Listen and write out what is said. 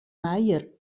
meier